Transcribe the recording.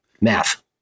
Math